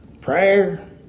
Prayer